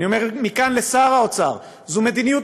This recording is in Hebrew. אני אומר מכאן לשר האוצר: זאת מדיניות